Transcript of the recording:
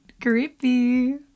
creepy